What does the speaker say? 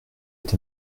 est